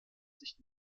sich